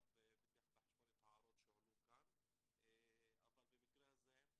בחשבון את ההערות שהועלו כאן אבל במקרה הזה,